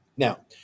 Now